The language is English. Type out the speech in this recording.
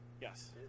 Yes